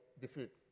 defeat